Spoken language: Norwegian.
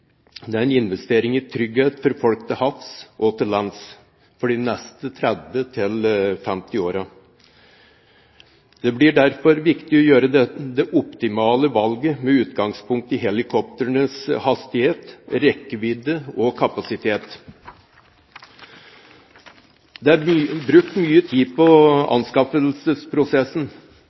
investering i trygghet for folk til havs og til lands for de neste 30–50 årene. Det blir derfor viktig å gjøre det optimale valget med utgangspunkt i helikoptrenes hastighet, rekkevidde og kapasitet. Det er brukt mye tid på anskaffelsesprosessen,